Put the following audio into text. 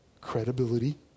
credibility